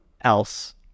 else